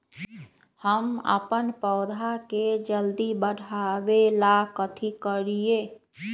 हम अपन पौधा के जल्दी बाढ़आवेला कथि करिए?